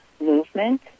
movement